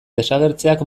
desagertzeak